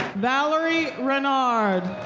valerie renard.